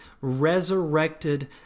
resurrected